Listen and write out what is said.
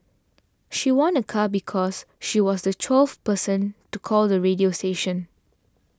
she won a car because she was the twelfth person to call the radio station